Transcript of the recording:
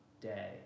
day